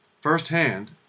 firsthand